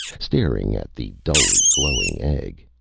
staring at the dully glowing egg.